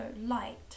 light